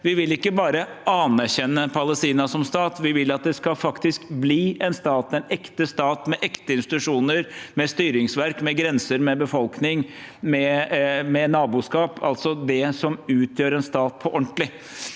Vi vil ikke bare anerkjenne Palestina som stat, vi vil at det faktisk skal bli en stat, en ekte stat, med ekte institusjoner, med styringsverk, med grenser, med befolkning, med naboskap – altså det som utgjør en stat på ordentlig.